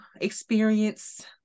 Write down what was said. experience